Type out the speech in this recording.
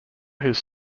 his